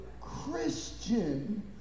Christian